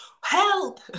help